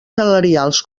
salarials